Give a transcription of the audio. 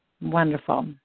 Wonderful